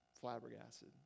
flabbergasted